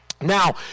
Now